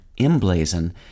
emblazon